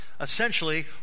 Essentially